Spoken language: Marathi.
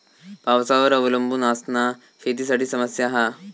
पावसावर अवलंबून असना शेतीसाठी समस्या हा